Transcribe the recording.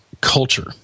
culture